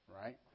right